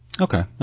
Okay